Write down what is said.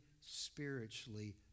spiritually